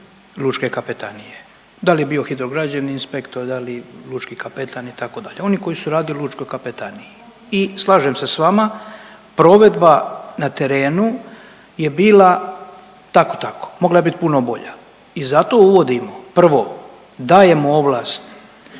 lučke kapetanije, dal je bio hidrograđevni inspektor, da li lučki kapetan itd. oni koji su radili u lučkoj kapetaniji. I slažem se s vama provedba na terenu je bila tako tako, mogla je bit puno bolja i zato uvodimo, prvo dajemo ovlast